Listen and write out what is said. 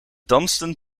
dansten